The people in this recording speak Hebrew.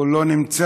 הוא לא נמצא.